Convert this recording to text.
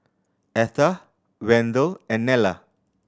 Etha Wendell and Nella